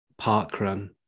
parkrun